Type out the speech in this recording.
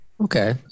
Okay